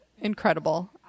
Incredible